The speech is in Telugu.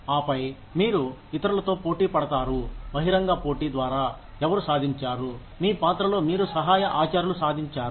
ఆపై మీరు ఇతరులతో పోటీ పడతారు బహిరంగ పోటీ ద్వారా ఎవరు సాధించారు మీ పాత్రలో మీరు సహాయ ఆచార్యులు సాధించారు